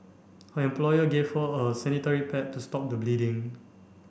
her employer gave her a sanitary pad to stop the bleeding